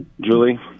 Julie